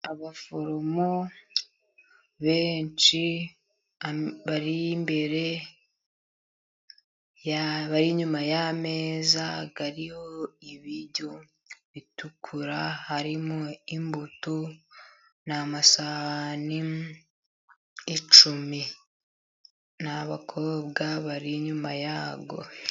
Abaforomo benshi bari imbere, bari inyuma y'ameza ariho ibiryo bitukura. Harimo imbuto. Ni amasahani icumi n'abakobwa bari inyuma yayo.